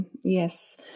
Yes